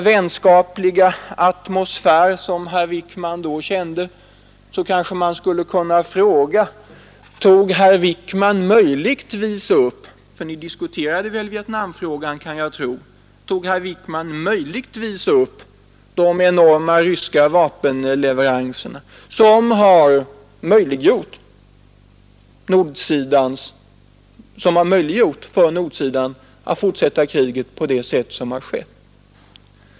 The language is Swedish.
Tog herr Wickman i denna vänliga atmosfär möjligtvis upp frågan — för ni diskuterade väl Vietnamfrågan — om de enorma ryska vapenleveranser som har möjliggjort för nordsidan att fortsätta kriget på det sätt som har skett?